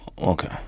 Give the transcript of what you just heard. Okay